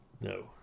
No